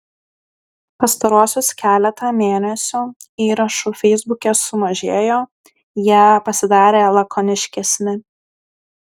pastaruosius keletą mėnesių įrašų feisbuke sumažėjo jie pasidarė lakoniškesni